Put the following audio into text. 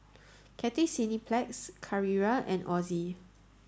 Cathay Cineplex Carrera and Ozi